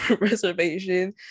reservation